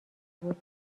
بود